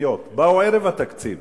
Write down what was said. ובתקציב